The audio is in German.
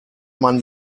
man